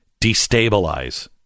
destabilize